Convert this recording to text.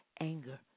anger